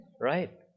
Right